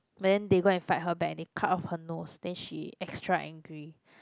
but then they go and fight her back and they cut off her nose then she extra angry